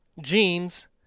genes